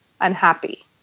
unhappy